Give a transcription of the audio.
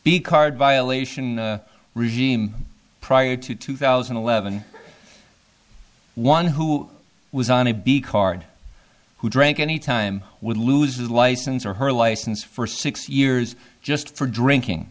b card violation regime prior to two thousand and eleven one who was on a b card who drank any time would lose his license or her license for six years just for drinking